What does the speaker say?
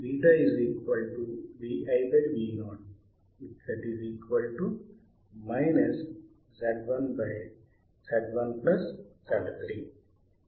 కాబట్టి feedback దశను విశ్లేషించడానికి Z1 Z3 మరియు Z2 ల దశను పరిశీలిద్దాం